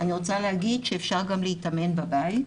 אני רוצה להגיד שאפשר גם להתאמן בבית,